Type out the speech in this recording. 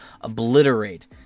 obliterate